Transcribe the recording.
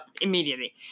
immediately